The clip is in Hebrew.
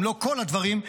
אם לא כל הדברים,